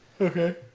Okay